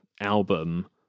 album